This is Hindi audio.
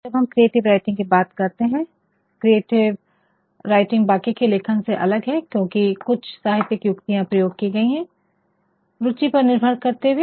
तो जब हम क्रिएटिव राइटिंग कि बात करते है क्रिएटिव बाकि के लेखन से अलग है क्योकि कुछ साहित्यिक युक्तियाँ प्रयोग कि गयी है रूचि निर्भर करते हुए